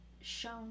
shown